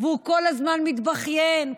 והוא כל הזמן מתבכיין,